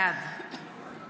בעד